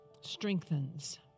strengthens